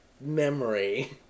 memory